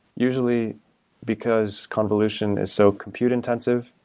usually because convolution is so compute intensive,